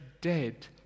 dead